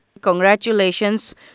Congratulations